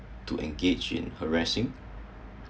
to engage in harassing